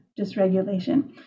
dysregulation